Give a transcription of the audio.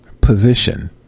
Position